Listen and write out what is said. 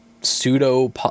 pseudo